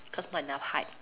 cause not enough height